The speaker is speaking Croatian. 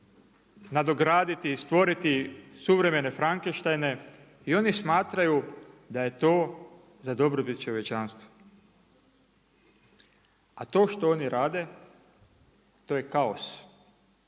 nadograditi, stvoriti suvremene Frankensteine, i oni smatraju da je to za dobrobit čovječanstva. A to što oni rade to je kaos,